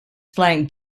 flank